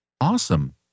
Awesome